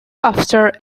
after